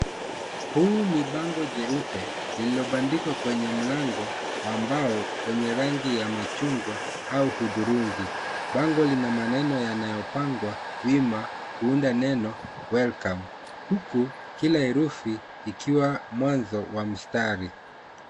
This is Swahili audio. Huu ni bango jeupe lililobandikwa kwenye mlango wa mbao wenye rangi ya machungwa au hudhurungi. Bango lina maneno yanayopangwa: wima, kuunda neno, Welcome . Huku, kila herufi ikiwa mwanzo wa mstari.